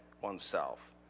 oneself